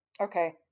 Okay